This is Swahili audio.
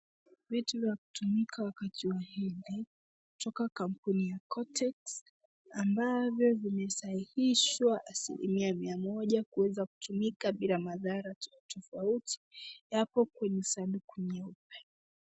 Vitu vya kutumika wakati wa hedhi, kutoka kampuni ya kotex ambavyo vimesahihishwa asilimia mia moja kuweza kutumika bila madhara tofauti tofauti yapo kwenye sanduku nyeupe.